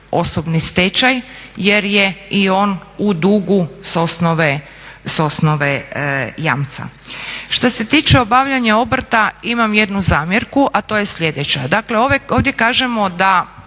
osobni stečaj jer je i on u dugu s osnove jamca? Što se tiče obavljanja obrta imam jednu zamjerku, a to je sljedeća.